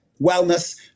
wellness